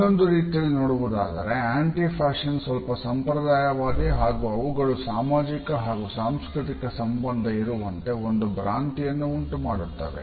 ಇನ್ನೊಂದು ರೀತಿಯಲ್ಲಿ ನೋಡುವುದಾದರೆ ಆಂಟಿ ಫ್ಯಾಷನ್ ಸ್ವಲ್ಪ ಸಂಪ್ರದಾಯವಾದಿ ಹಾಗು ಅವುಗಳು ಸಾಮಾಜಿಕ ಹಾಗು ಸಾಂಸ್ಕೃತಿಕ ಸಂಬಂಧ ಇರುವಂತೆ ಒಂದು ಬ್ರಾಂತಿಯನ್ನು ಉಂಟು ಮಾಡುತ್ತವೆ